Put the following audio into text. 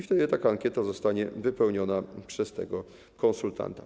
Wtedy taka ankieta zostanie wypełniona przez tego konsultanta.